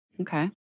Okay